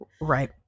Right